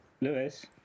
lewis